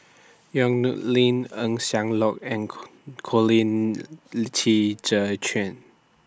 Yong Nyuk Lin Eng Siak Loy and Colin Qi Zhe Quan